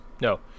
no